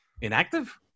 inactive